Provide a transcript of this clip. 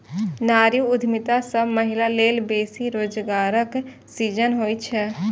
नारी उद्यमिता सं महिला लेल बेसी रोजगारक सृजन होइ छै